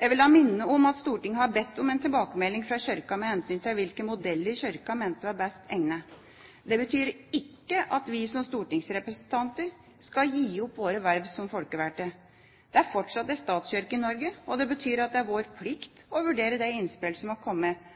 Jeg vil da minne om at Stortinget har bedt om en tilbakemelding fra Kirka med hensyn til hvilke modeller man mente var best egnet. Det betyr ikke at vi som stortingsrepresentanter skal gi opp våre verv som folkevalgte. Det er fortsatt en statskirke i Norge, og det betyr at det er vår plikt å vurdere de innspillene som er kommet